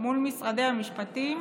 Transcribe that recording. מול משרדי המשפטים,